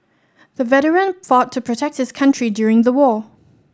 the veteran fought to protect his country during the war